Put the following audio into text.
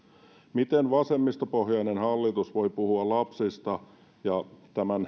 miten vasemmistopohjainen hallitus voi puhua lapsista ja